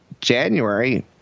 January